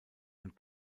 und